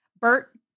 Bert